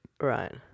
Right